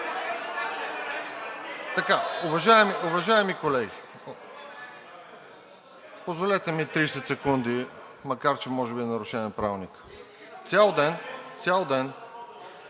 Уважаеми колеги, позволете ми 30 секунди, макар че може би е нарушение на Правилника. Цял ден, цял ден,